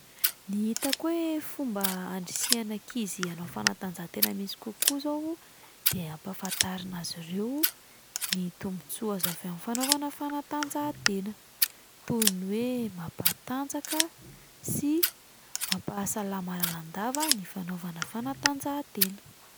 Ny hitako hoe fomba handrisihana ankizy hanao fanatanjahantena misy kokoa zao de ampahafantarina azy ireo ny tombontsoa azo avy amin'ny fanaovana fanatanjahantena, toy ny hoe mampatanjaka sy mampahasalama lalandava ny fanaovana fanatanjahantena.